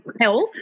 health